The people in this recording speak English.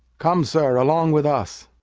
come, sir, along with us.